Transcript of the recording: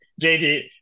jd